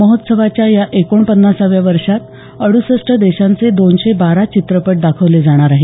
महोत्सवाच्या या एकोणपन्नासाव्या वर्षात अइसष्ट देशांचे दोनशे बारा चित्रपट दाखवले जाणार आहेत